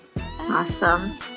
Awesome